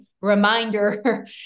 reminder